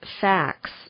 facts